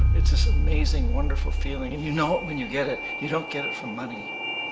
it's this amazing wonderful feeling, and you know it when you get it. you don't get it from money,